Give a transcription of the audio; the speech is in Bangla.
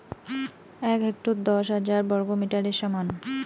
এক হেক্টর দশ হাজার বর্গমিটারের সমান